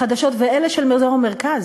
החדשות, ואלה של אזור המרכז,